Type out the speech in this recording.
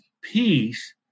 peace